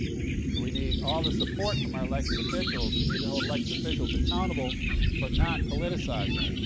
so we need all the support from our elected officials. we need to hold elected officials accountable for not politicizing